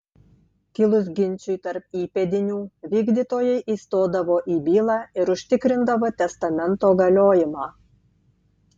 kilus ginčui tarp įpėdinių vykdytojai įstodavo į bylą ir užtikrindavo testamento galiojimą